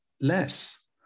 less